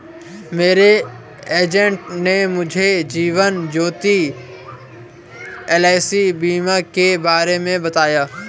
मेरे एजेंट ने मुझे जीवन ज्योति एल.आई.सी बीमा के बारे में बताया